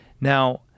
Now